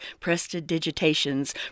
Prestidigitations